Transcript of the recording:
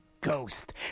Ghost